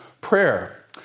prayer